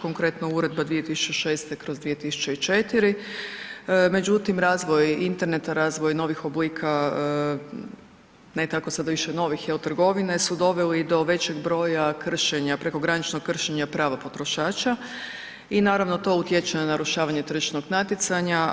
Konkretno Uredba 2006/2004, međutim, razvoj interneta, razvoj novih oblika ne tako sada više novih, je li, trgovine su doveli do većeg broja kršenja, prekograničnog kršenja prava potrošača i naravno to utječe na narušavanje tržišnog natjecanja.